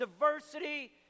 diversity